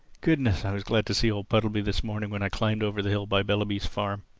goodness, i was glad to see old puddleby this morning when i climbed over the hill by bellaby's farm!